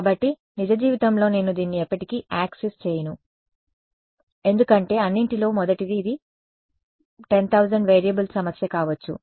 కాబట్టి నిజ జీవితంలో నేను దీన్ని ఎప్పటికీ యాక్సెస్ చేయను ఎందుకంటే అన్నింటిలో మొదటిది ఇది 10000 వేరియబుల్ సమస్య కావచ్చు